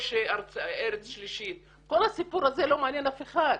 או שארץ שלישית, כל הסיפור הזה לא מעניין אף אחד.